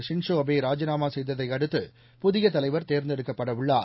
Shinzo Abe ராஜினாமா செய்ததை அடுத்து புதிய தலைவர் தேர்ந்தெடுக்கப்படவுள்ளார்